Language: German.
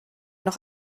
noch